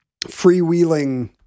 freewheeling